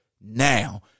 now